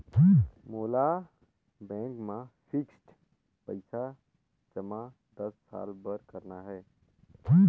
मोला बैंक मा फिक्स्ड पइसा जमा दस साल बार करना हे?